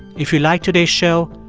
if you like today's show,